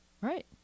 Right